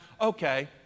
okay